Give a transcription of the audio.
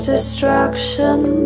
Destruction